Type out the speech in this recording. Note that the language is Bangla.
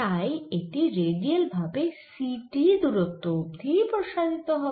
তাই এটি রেডিয়াল ভাবে c t দূরত্ব অবধি প্রসারিত হবে